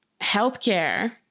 healthcare